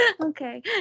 okay